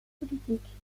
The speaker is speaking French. politique